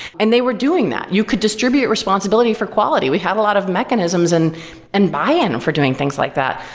and they were doing that. you could distribute responsibility for quality. we have a lot of mechanisms and and buy-in for doing things like that.